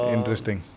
Interesting